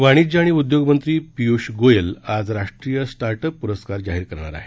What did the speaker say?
वाणिज्य आणि उद्योग मंत्री पीयूष गोयल आज राष्ट्रीय स्टार्टअप पुरस्कार जाहीर करणार आहेत